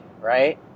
right